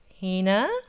Hina